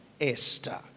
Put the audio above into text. Esther